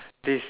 this